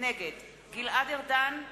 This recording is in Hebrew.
נגד גלעד ארדן,